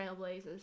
trailblazers